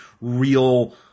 real